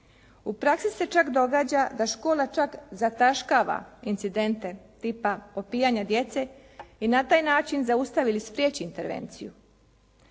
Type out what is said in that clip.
U praksi se čak događa da škola čak zataškava incidente tipa opijanja djece i na taj način zaustavi ili spriječi intervenciju.